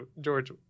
George